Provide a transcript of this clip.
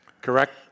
Correct